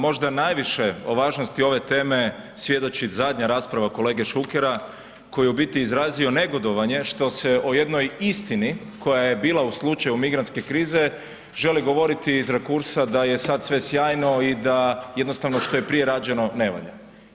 Možda najviše o važnosti ove teme svjedoči zadnja rasprava kolege Šukera koji je u biti izrazio negodovanje što se o jednoj istini koja je bila u slučaju migrantske krize želi govoriti iz rekursa da je sad sve sjajno i da jednostavno što je prije rađeno ne valja.